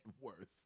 worth